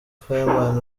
fireman